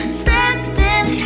standing